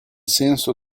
senso